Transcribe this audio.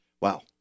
Wow